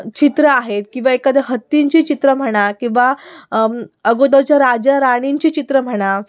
चित्रं आहेत किंवा एखाद्या हत्तींचे चित्रं म्हणा किंवा अगॊदरच्या राजा राणींची चित्रं म्हणा